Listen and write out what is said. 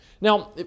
Now